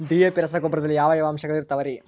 DAP ರಸಗೊಬ್ಬರದಲ್ಲಿ ಯಾವ ಯಾವ ಅಂಶಗಳಿರುತ್ತವರಿ?